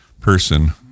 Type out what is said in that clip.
person